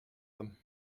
them